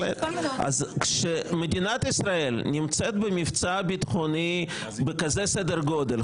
כאשר מדינת ישראל נמצאת במבצע ביטחוני בסדר גודל כזה,